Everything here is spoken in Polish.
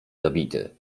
zabity